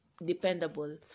dependable